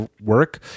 work